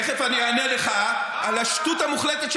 תכף אני אענה לך, מה, על השטות המוחלטת.